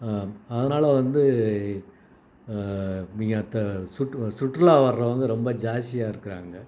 அதனால் வந்து மிக அத்த சுற்று சுற்றுலா வரவங்க ரொம்ப ஜாஸ்தியாக இருக்கிறாங்க